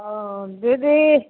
अऽ दीदी